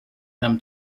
them